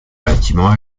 bâtiments